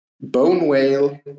bone-whale